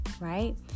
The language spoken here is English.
right